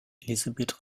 elisabeth